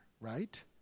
right